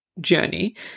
journey